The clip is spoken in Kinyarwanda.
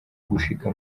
gushika